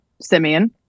Simeon